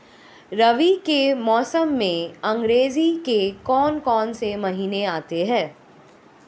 रबी के मौसम में अंग्रेज़ी के कौन कौनसे महीने आते हैं?